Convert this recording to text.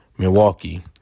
Milwaukee